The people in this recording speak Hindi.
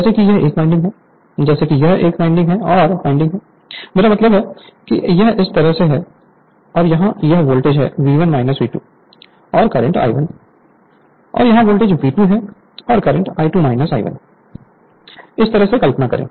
जैसे कि यह एक वाइंडिंग है जैसे कि यह एक और वाइंडिंग है मेरा मतलब है कि यह इस तरह है और यहां यह वोल्टेज है V1 V2 और करंट I1 और यहां वोल्टेज V2 है और करंट I2 I1 हैइस तरह से कल्पना करें